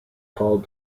called